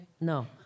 No